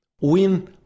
win